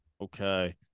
Okay